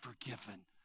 forgiven